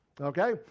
Okay